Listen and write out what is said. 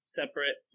separate